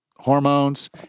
hormones